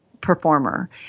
performer